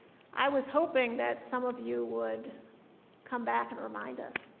i was hoping that some of you would come back and remind us.